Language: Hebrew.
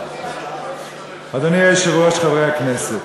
אדוני היושב-ראש, חברי הכנסת,